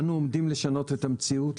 אנו עומדים לשנות את המציאות,